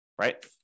right